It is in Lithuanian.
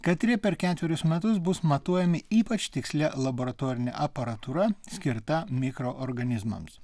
katri per ketverius metus bus matuojami ypač tikslia laboratorine aparatūra skirta mikroorganizmams